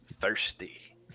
thirsty